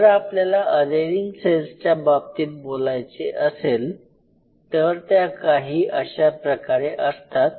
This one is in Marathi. जर आपल्याला अधेरिंग सेल्सच्या बाबतीत बोलायचे असेल तर त्या काही अशा प्रकारे असतात